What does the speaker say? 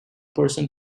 person